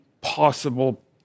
possible